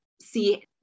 see